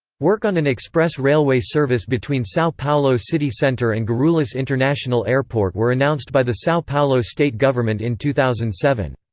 work on an express railway service between sao paulo city center and guarulhos international airport were announced by the sao paulo state government in two thousand and seven.